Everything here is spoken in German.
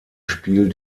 spiel